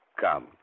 come